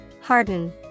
Harden